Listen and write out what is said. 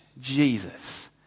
Jesus